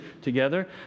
together